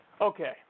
Okay